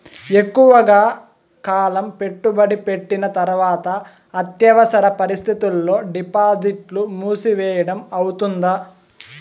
ఎక్కువగా కాలం పెట్టుబడి పెట్టిన తర్వాత అత్యవసర పరిస్థితుల్లో డిపాజిట్లు మూసివేయడం అవుతుందా?